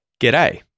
G'day